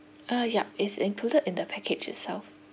uh yup is included in the package itself